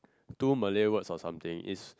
two Malay words or something it's